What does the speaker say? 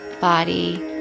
body